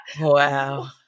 Wow